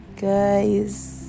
guys